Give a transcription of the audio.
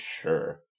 sure